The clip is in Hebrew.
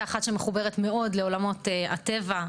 כאחת שמחוברת מאוד לעולמות הטבע,